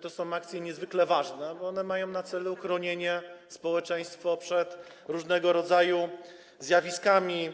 To są akcje niezwykle ważne, bo mają one na celu chronienie społeczeństwa przed różnego rodzaju zjawiskami